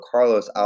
Carlos